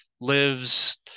lives